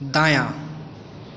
दायाँ